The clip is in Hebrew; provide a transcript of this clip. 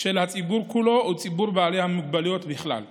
של הציבור כולו ועל ציבור בעלי המוגבלויות בכלל זה.